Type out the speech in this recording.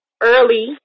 early